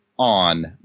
On